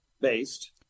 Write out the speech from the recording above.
based